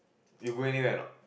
you go anywhere or not